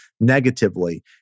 negatively